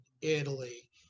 Italy